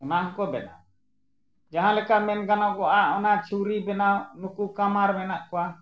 ᱚᱱᱟ ᱦᱚᱸᱠᱚ ᱵᱮᱱᱟᱣᱟ ᱡᱟᱦᱟᱸ ᱞᱮᱠᱟ ᱢᱮᱱ ᱜᱟᱱᱚᱜᱚᱜᱼᱟ ᱚᱱᱟ ᱪᱷᱩᱨᱤ ᱵᱮᱱᱟᱣ ᱱᱩᱠᱩ ᱠᱟᱢᱟᱨ ᱢᱮᱱᱟᱜ ᱠᱚᱣᱟ